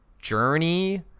journey